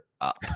up